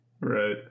Right